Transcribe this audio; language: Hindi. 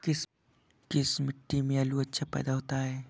किस मिट्टी में आलू अच्छा पैदा होता है?